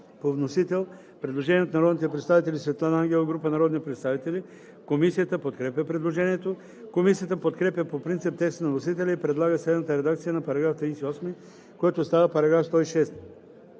по вносител има предложение от народния представител Светлана Ангелова и група народни представители. Комисията подкрепя предложението. Комисията подкрепя по принцип текста на вносителя и предлага следната редакция на § 38, който става § 106: